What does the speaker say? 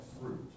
fruit